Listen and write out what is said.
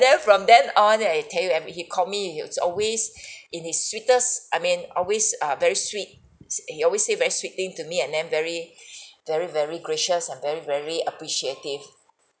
then from then on I tell you every he call me he's always in his sweetest I mean always err very sweet s~ he always say very sweet thing to me and then very very very gracious and very very appreciative